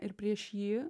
ir prieš jį